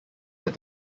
that